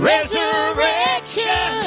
Resurrection